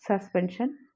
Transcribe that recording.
suspension